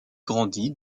grandit